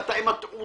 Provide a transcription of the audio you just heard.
אתה עם התעודה.